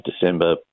December